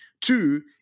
Two